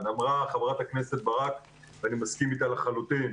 אמרה חברת הכנסת ברק, ואני מסכים איתה לחלוטין.